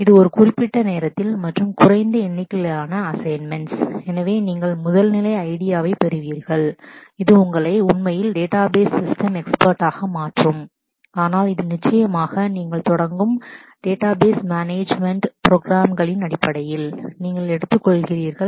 இது ஒரு குறிப்பிட்ட நேரத்தில் மற்றும் குறைந்த எண்ணிக்கையிலான அசைன்மென்ட்ஸ் எனவே நீங்கள் முதல் நிலை ஐடியாவை பெறுவீர்கள் இது உங்களை உண்மையில் டேட்டாபேஸ் சிஸ்டம் எக்ஸ்பர்ட் ஆக மாற்றும் ஆனால் இது நிச்சயமாக நீங்கள் தொடங்கும் டேட்டாபேஸ் மேனேஜ்மென்ட் ப்ரோக்ராம்களின் அடிப்படையில் நீங்கள் எடுத்துக்கொள்கிறீர்கள்